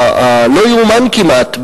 הלא-ייאמן כמעט,